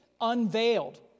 unveiled